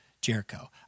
Jericho